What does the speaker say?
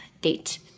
date